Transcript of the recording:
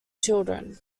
children